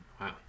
Wow